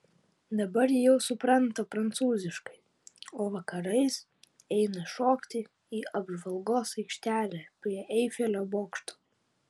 dabar ji jau supranta prancūziškai o vakarais eina šokti į apžvalgos aikštelę prie eifelio bokšto